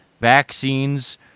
vaccines